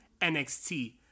NXT